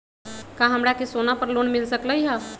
का हमरा के सोना पर लोन मिल सकलई ह?